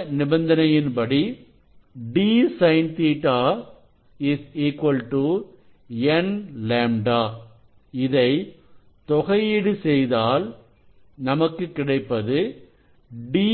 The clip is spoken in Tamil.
இந்த நிபந்தனையின்படி d sin Ɵ n λ இதை தொகையீடு செய்தால் நமக்கு கிடைப்பது d